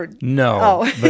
No